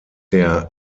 der